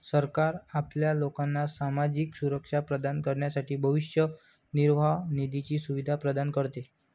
सरकार आपल्या लोकांना सामाजिक सुरक्षा प्रदान करण्यासाठी भविष्य निर्वाह निधीची सुविधा प्रदान करते